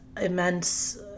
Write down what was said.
immense